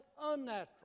unnatural